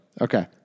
Okay